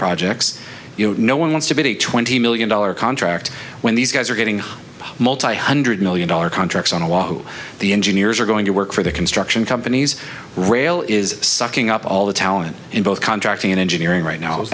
projects you know no one wants to be a twenty million dollars contract when these guys are getting hundred million dollar contracts on a walk to the engineers are going to work for the construction companies rail is sucking up all the talent in both contracting and engineering right now